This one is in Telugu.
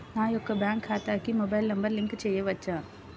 నా యొక్క బ్యాంక్ ఖాతాకి మొబైల్ నంబర్ లింక్ చేయవచ్చా?